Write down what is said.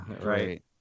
right